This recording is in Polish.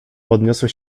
podniosły